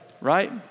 right